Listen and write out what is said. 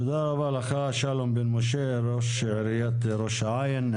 תודה רבה לך שלום בן משה, ראש עיריית ראש העין.